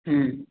হুম